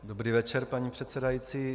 Dobrý večer, paní předsedající.